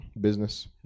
Business